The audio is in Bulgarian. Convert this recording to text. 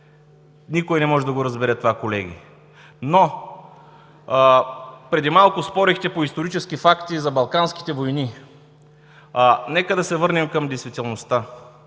Никой не може да го разбере това, колеги. Преди малко спорихте по исторически факти за балканските войни. Нека да се върнем към действителността,